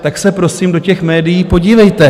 Tak se prosím do těch médií podívejte.